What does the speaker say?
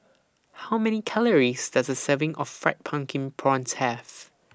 How Many Calories Does A Serving of Fried Pumpkin Prawns Have